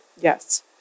Yes